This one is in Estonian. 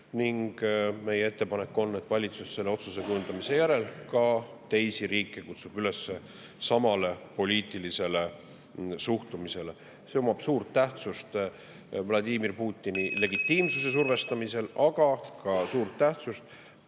ning meie ettepanek on, et valitsus selle otsuse kujundamise järel ka teisi riike kutsuks üles samale poliitilisele suhtumisele. See omab suurt tähtsust Vladimir Putini (Juhataja helistab kella.) legitiimsuse survestamisel, aga ka suurt tähtsust